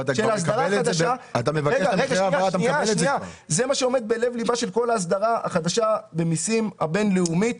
זה מה שעומד בלב ליבה של כל ההסדרה החדשה במיסים הבינלאומית.